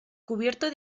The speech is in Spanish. cubierto